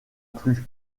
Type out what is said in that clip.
plus